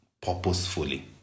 purposefully